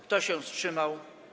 Kto się wstrzymał?